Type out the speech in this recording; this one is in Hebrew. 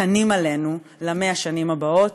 קטנים עלינו ל-100 השנים הבאות,